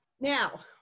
Now